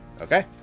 Okay